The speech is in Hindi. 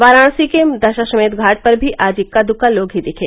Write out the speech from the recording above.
वाराणसी के दशाश्वमेघ घाट पर भी आज इक्का दुक्का लोग ही दिखे